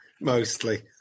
mostly